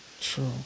True